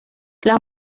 las